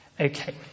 Okay